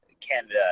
Canada